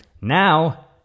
Now